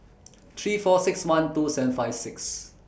three four six one two seven five six